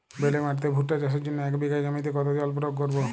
বেলে মাটিতে ভুট্টা চাষের জন্য এক বিঘা জমিতে কতো জল প্রয়োগ করব?